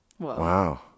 wow